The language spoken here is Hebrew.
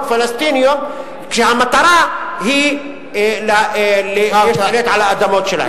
פלסטיניות כשהמטרה היא להשתלט על האדמות שלהן.